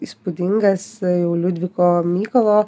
įspūdingas jau liudviko mykolo